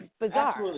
bizarre